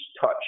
touch